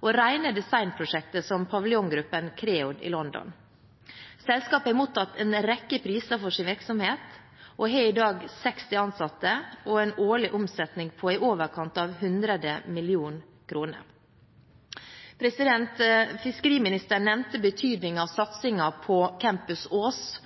og rene designprosjekter som paviljonggruppen KREOD i London. Selskapet har mottatt en rekke priser for sin virksomhet og har i dag 60 ansatte og en årlig omsetning på i overkant av 100 mill. kr. Fiskeriministeren nevnte betydningen av satsingen på Campus Ås